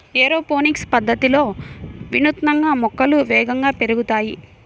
aeroponics పద్ధతిలో వినూత్నంగా మొక్కలు వేగంగా పెరుగుతాయి